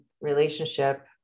relationship